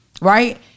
right